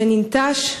שננטש,